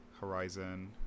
Horizon